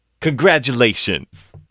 Congratulations